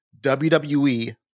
WWE